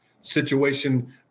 situation